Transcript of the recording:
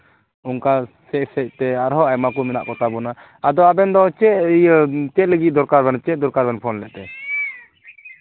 ᱚᱱᱠᱟ ᱥᱮᱫ ᱥᱮᱫᱛᱮ ᱟᱨᱦᱚᱸ ᱟᱭᱢᱟ ᱠᱚ ᱢᱮᱱᱟᱜ ᱠᱚᱛᱟ ᱵᱚᱱᱟ ᱟᱫᱚ ᱟᱵᱮᱱᱫᱚ ᱪᱮᱫ ᱤᱭᱟᱹ ᱪᱮᱫ ᱞᱟᱹᱜᱤᱫ ᱫᱚᱨᱠᱟᱨ ᱵᱮᱱ ᱪᱮᱫ ᱫᱚᱨᱠᱟᱨ ᱵᱮᱱ ᱯᱷᱳᱱ ᱞᱮᱫ ᱛᱮ